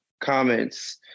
comments